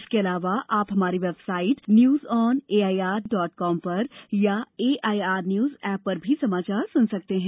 इसके अलावा आप हमारी website news on A I R dot N I C dot I N पर अथवा A I R news app पर भी समाचार सुन सकते हैं